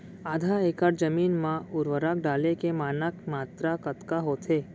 आधा एकड़ जमीन मा उर्वरक डाले के मानक मात्रा कतका होथे?